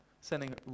sending